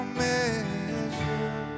measure